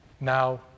now